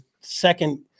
second